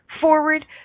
forward